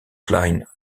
klein